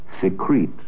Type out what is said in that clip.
secrete